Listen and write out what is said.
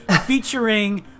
featuring